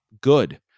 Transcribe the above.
good